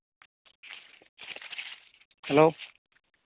hello